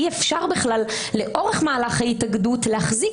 אי אפשר לאורך מהלך ההתאגדות להחזיק